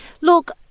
look